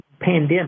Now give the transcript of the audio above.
pandemic